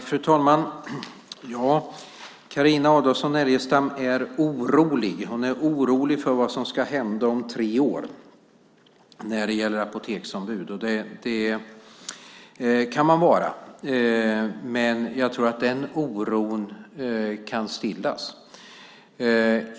Fru ålderspresident! Carina Adolfsson Elgestam är orolig för vad som ska hända om tre år när det gäller apoteksombud, och det kan man vara. Men jag tror att den oron kan stillas.